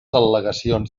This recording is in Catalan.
al·legacions